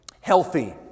healthy